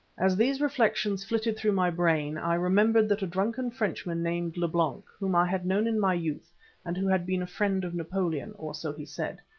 as these reflections flitted through my brain i remembered that a drunken frenchman named leblanc, whom i had known in my youth and who had been a friend of napoleon, or so he said,